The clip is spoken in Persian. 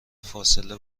فاصله